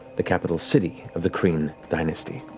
the capital city of the kryn dynasty.